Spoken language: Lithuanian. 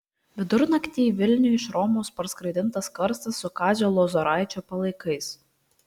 vidurnaktį į vilnių iš romos parskraidintas karstas su kazio lozoraičio palaikais